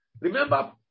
Remember